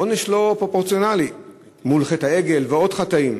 עונש לא פרופורציונלי מול חטא העגל ועוד חטאים.